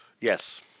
Yes